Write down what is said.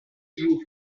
jours